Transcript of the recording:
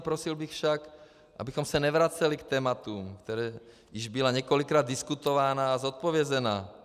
Prosil bych však, abychom se nevraceli k tématům, která již byla několikrát diskutována a zodpovězena.